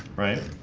right